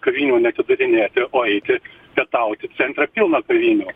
kavinių neatidarinėti o eiti pietauti centre pilna kavinių